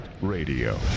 Radio